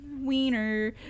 wiener